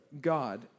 God